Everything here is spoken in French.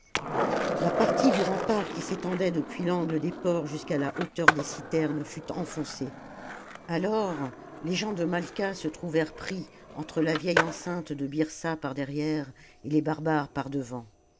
la partie du rempart qui s'étendait depuis l'angle des ports jusqu'à la hauteur des citernes fut enfoncée alors les gens de malqua se trouvèrent pris entre la vieille enceinte de bjrsa par derrière et les barbares par devant